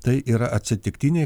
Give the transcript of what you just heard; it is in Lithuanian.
tai yra atsitiktiniai